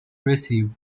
received